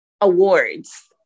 awards